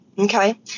Okay